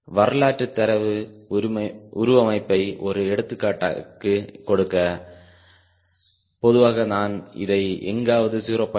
வரலாற்று தரவு உருவமைப்பை ஒரு எடுத்துக்காட்டுக்குக் கொடுக்க பொதுவாக நான் இதை எங்காவது 0